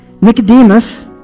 Nicodemus